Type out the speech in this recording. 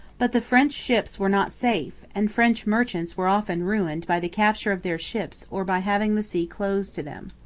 but the french ships were not safe, and french merchants were often ruined by the capture of their ships or by having the sea closed to them.